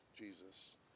Jesus